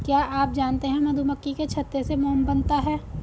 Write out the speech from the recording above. क्या आप जानते है मधुमक्खी के छत्ते से मोम बनता है